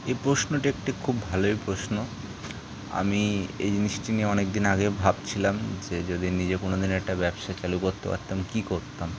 এই প্রশ্নটি একটি খুব ভালোই প্রশ্ন আমি এই জিনিসটি নিয়ে অনেক দিন আগে ভাবছিলাম যে যদি নিজে কোনো দিনও একটা ব্যবসা চালু করতে পারতাম কী করতাম